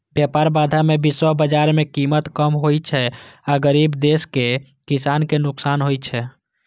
व्यापार बाधा सं विश्व बाजार मे कीमत कम होइ छै आ गरीब देशक किसान कें नुकसान होइ छै